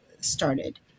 started